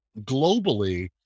globally